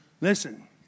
Listen